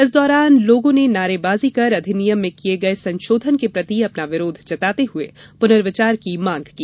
इस दौरान लोगों ने नारे बाजी कर अधिनियम में किये गये संशोधन के प्रति अपना विरोध जताते हुए पुर्नविचार की मांग की